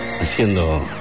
Haciendo